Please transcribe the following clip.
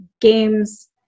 games